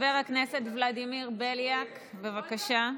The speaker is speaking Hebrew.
חבר הכנסת ולדימיר בליאק, בבקשה.